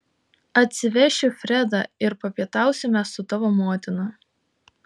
atsivešiu fredą ir papietausime su tavo motina